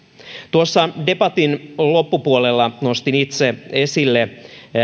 tuossa debatin loppupuolella nostin itse esille